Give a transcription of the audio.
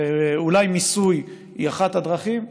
אולי מיסוי היא אחת הדרכים,